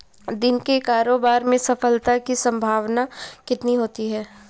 दिन के कारोबार में सफलता की संभावना कितनी होती है?